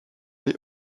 les